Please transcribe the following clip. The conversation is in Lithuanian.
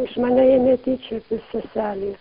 iš mane ėmė tyčiotis seselės